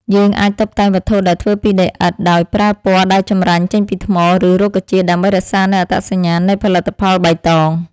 យើងអាចតុបតែងវត្ថុដែលធ្វើពីដីឥដ្ឋដោយប្រើពណ៌ដែលចម្រាញ់ចេញពីថ្ម ឬ រុក្ខជាតិ ដើម្បីរក្សានូវអត្តសញ្ញាណនៃផលិតផលបៃតង។